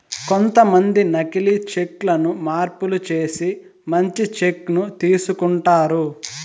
కొంతమంది నకీలి చెక్ లను మార్పులు చేసి మంచి చెక్ ను తీసుకుంటారు